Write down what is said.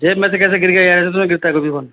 जेब में से कैसे गिर गया यार ऐसे थोड़ी ना गिरता है कभी फोन